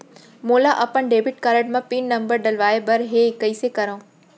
मोला अपन debit card म पिन नंबर डलवाय बर हे कइसे करव?